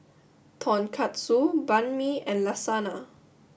Tonkatsu Banh Mi and Lasagna